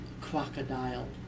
Crocodile